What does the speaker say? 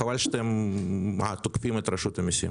חבל שאתם תוקפים את רשות המיסים